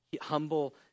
humble